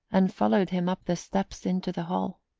and followed him up the steps into the hall.